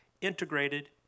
integrated